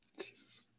Jesus